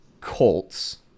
Colts